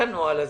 את הנוהל הזה.